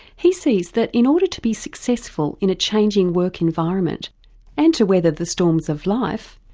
he sees that in order to be successful in a changing work environment and to weather the storms of life,